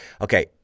Okay